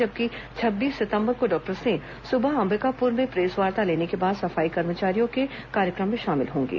जबकि छब्बीस सितंबर को डॉक्टर सिंह सुबह अंबिकापुर में प्रेसवार्ता लेने के बाद सफाई कर्मचारियों के कार्यक्रम में शामिल होंगे